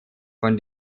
von